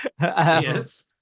Yes